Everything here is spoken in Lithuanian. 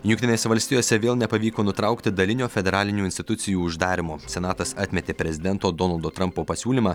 jungtinėse valstijose vėl nepavyko nutraukti dalinio federalinių institucijų uždarymo senatas atmetė prezidento donaldo trampo pasiūlymą